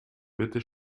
bitte